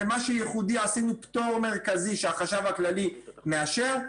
במה שייחודי עשינו פטור מרכזי שהחשב הכללי מאשר.